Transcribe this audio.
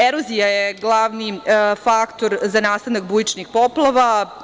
Erozija je glavni faktor za nastanak bujičnih poplava.